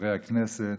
חברי הכנסת,